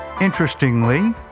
Interestingly